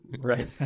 Right